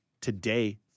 today